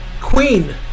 Queen